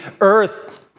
earth